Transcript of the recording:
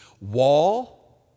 Wall